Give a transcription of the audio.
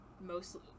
mostly